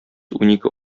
унике